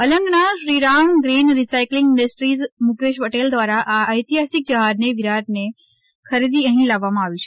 અલંગના Shriram green recycling industries Mukesh Patel દ્વારા આ ઐતિહાસિક જહાજ વિરાટને ખરીદી અહી લાવવામાં આવ્યું છે